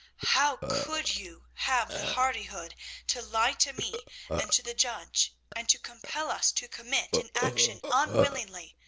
how could you have the hardihood to lie to me and to the judge, and to compel us to commit an action unwillingly,